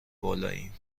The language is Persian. بالاییم